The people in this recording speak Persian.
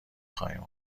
خواهیم